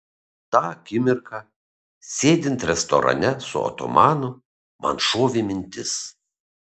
tą akimirką sėdint restorane su otomanu man šovė mintis